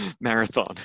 marathon